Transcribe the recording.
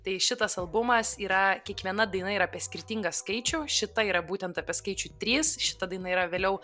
tai šitas albumas yra kiekviena daina yra apie skirtingą skaičių šita yra būtent apie skaičių trys šita daina yra vėliau